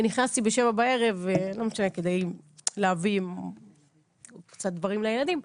נכנסתי ב-19:00 בערב כדי להביא קצת דברים לילדים.